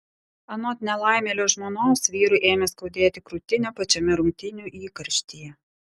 anot nelaimėlio žmonos vyrui ėmė skaudėti krūtinę pačiame rungtynių įkarštyje